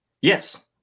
Yes